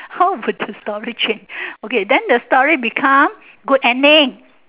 how would the story change okay then the story become good ending